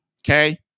Okay